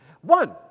One